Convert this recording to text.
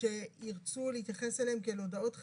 שירצו להתייחס אליהם כאל הודעות חירום,